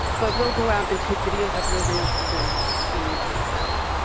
but will go out and take videos of your ranch for you when you can't get out there,